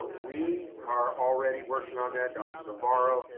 we are already working on that, dr. navarro,